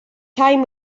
time